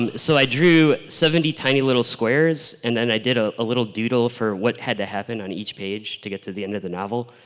um so i drew seventy tiny little squares and then i did a ah little doodle for what had to happen on each page to get to the end of the novel.